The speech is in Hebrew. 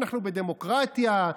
אנחנו בדמוקרטיה,